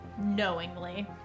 knowingly